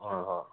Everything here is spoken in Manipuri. ꯑꯣ ꯍꯣ ꯍꯣ